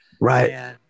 Right